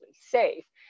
safe